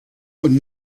und